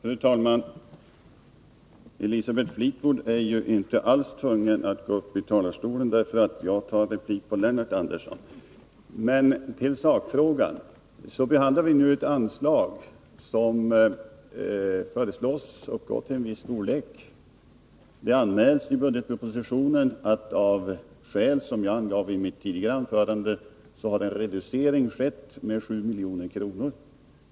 Fru talman! Elisabeth Fleetwood är inte alls tvungen att gå upp i talarstolen bara för att jag replikerar Lennart Andersson. Men till sakfrågan. Vi behandlar nu ett anslag som föreslås vara av viss storlek. Det anmäls i budgetpropositionen att, av skäl som jag angav i mitt tidigare anförande, en reducering har skett med 7 milj.kr.